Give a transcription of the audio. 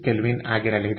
7K ಆಗಿರಲಿದೆ